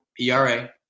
ERA